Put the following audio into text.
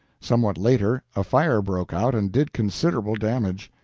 somewhat later a fire broke out and did considerable damage.